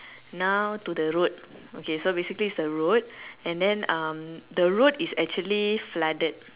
now to the road okay so basically is the road and then um the road is actually flooded